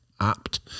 apt